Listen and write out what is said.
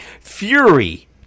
Fury